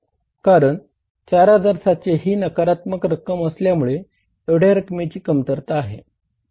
कारण 4700 ही नकारात्मक रक्कम असल्यामुळे एवढया रकमेची कमतरता आहे